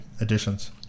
additions